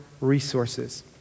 resources